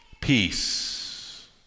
peace